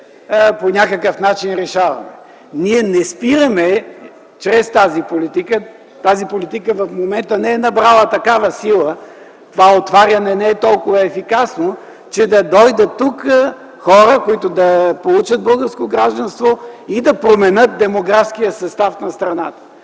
по някакъв начин. Ние не спираме чрез тази политика, а и тя в момента не е набрала такава сила, това отваряне не е толкова ефикасно, че да дойдат тук хора, които да получат българско гражданство и да променят демографския състав на страната.